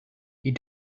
you